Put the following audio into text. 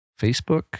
Facebook